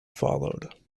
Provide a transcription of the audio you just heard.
followed